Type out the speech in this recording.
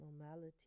normality